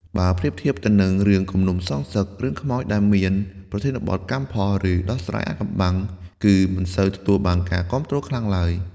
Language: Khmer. បើប្រៀបធៀបទៅនឹងរឿងគំនុំសងសឹក រឿងខ្មោចដែលមានប្រធានបទ កម្មផល ឬដោះស្រាយអាថ៌កំបាំង គឺមិនសូវទទួលបានការគាំទ្រខ្លាំងឡើយ។